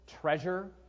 Treasure